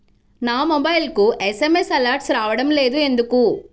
నా మొబైల్కు SMS alerts రావడం లేదు ఎందుకు?